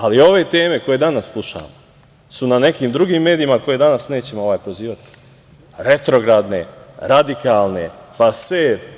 Ali, ove teme koje danas slušamo su na nekim drugim medijima, koje danas nećemo prozivati, retrogradne, radikalne, pase.